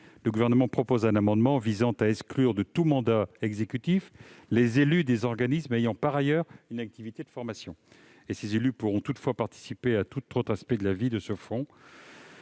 le Gouvernement propose, dans le présent amendement, d'exclure de tout mandat exécutif les élus des organismes ayant par ailleurs une activité de formation. Ces élus pourront toutefois participer à tout autre aspect de la vie de ce fonds.